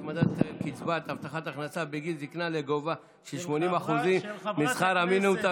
הצמדת קצבת הבטחת הכנסה בגיל זקנה לגובה של 80 אחוזים משכר המינימום),